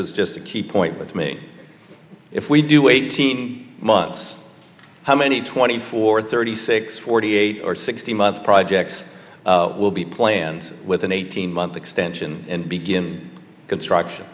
is just a key point with me if we do eighteen months how many twenty four thirty six forty eight or sixty months projects will be planned with an eighteen month extension and begin construction